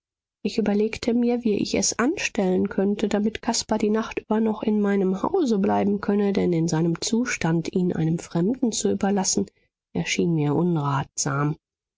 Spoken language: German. ich überlegte mir wie ich es anstellen könnte damit caspar die nacht über noch in meinem hause bleiben könne denn in seinem zustand ihn einem fremden zu überlassen erschien mir unratsam